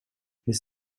his